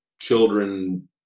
children